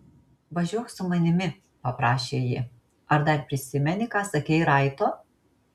važiuok su manimi paprašė ji ar dar prisimeni ką sakei raito